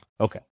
Okay